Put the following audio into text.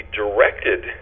directed